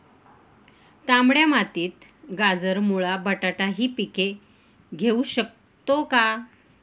तांबड्या मातीत गाजर, मुळा, बटाटा हि पिके घेऊ शकतो का?